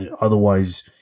Otherwise